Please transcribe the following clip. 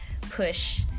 push